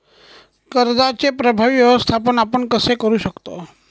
कर्जाचे प्रभावी व्यवस्थापन आपण कसे करु शकतो?